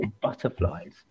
Butterflies